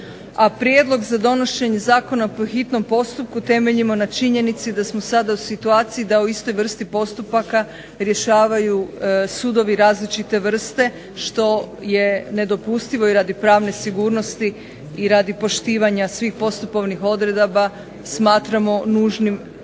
prijedlog za donošenje Zakona po hitnom postupku temeljimo na činjenici da smo sada u istoj situaciji da o istoj vrsti postupaka rješavaju sudovi različite vrste što je nedopustivo i radi pravne sigurnosti i radi poštivanja svih postupovnih odredaba smatramo nužnim ovu